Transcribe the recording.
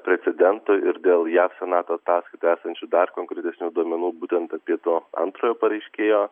precedento ir dėl jav senato ataskaitoje esančių dar konkretesnių duomenų būtent apie to antrojo pareiškėjo